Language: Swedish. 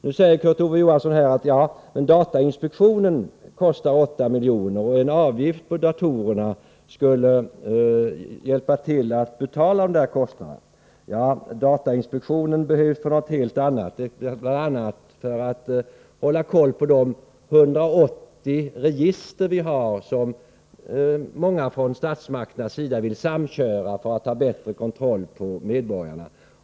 Nu säger Kurt Ove Johansson att datainspektionen kostar 8 milj.kr. och att en avgift på datorerna skulle hjälpa till att betala de där kostnaderna. Datainspektionen behövs emellertid för något helt annat, bl.a. för att hålla koll på de 180 register vi har, vilka många från statsmakternas sida vill samköra för att ha bättre kontroll på medborgarna.